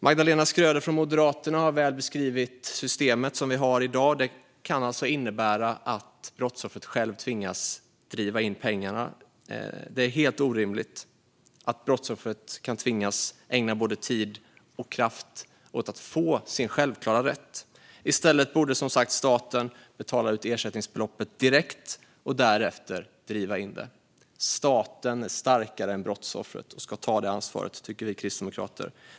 Magdalena Schröder från Moderaterna har väl beskrivit det system som vi har i dag och som alltså kan innebära att brottsoffret själv tvingas driva in pengarna. Det är helt orimligt att brottsoffret kan tvingas ägna både tid och kraft åt att få sin självklara rätt. I stället borde som sagt staten betala ut ersättningsbeloppet direkt och därefter driva in det. Staten är starkare än brottsoffret och ska ta det ansvaret, tycker vi kristdemokrater.